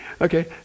Okay